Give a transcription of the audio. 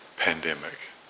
pandemic